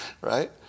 Right